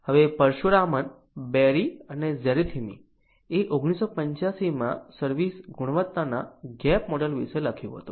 હવે પરશુરામન બેરી અને Zeithml એ 1985 માં સર્વિસ ગુણવત્તાના ગેપ મોડેલ વિશે લખ્યું હતું